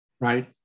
right